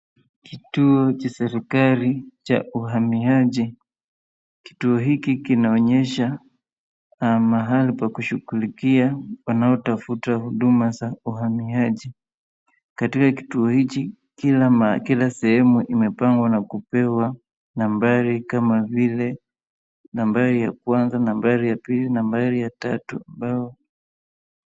Kituo cha serikali cha uhamiaji, kituo hiki kinaonyesha mahali pa kushughulikia wanaotafuta huduma za uhamiaji, katika kituo hiki kila sehemu imepangwa na kupewa nambari kama vile nambari ya kwanza, nambari ya pili, nambari ya tatu ambao.